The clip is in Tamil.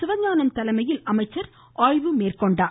சிவஞானம் தலைமையில் அமைச்சர் ஆய்வு மேற்கொண்டார்